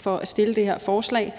for at fremsætte det her forslag,